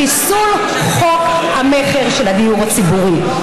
חיסול חוק המכר של הדיור הציבורי.